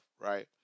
right